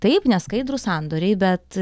taip neskaidrūs sandoriai bet